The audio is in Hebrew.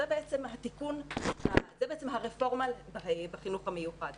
זאת הרפורמה בחינוך המיוחד.